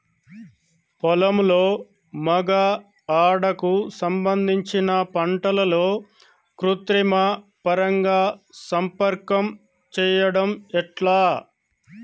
పొలంలో మగ ఆడ కు సంబంధించిన పంటలలో కృత్రిమ పరంగా సంపర్కం చెయ్యడం ఎట్ల?